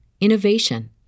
innovation